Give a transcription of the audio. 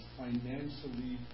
financially